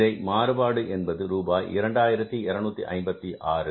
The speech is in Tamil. இதன் மாறுபாடு என்பது ரூபாய் 2256